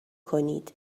کنید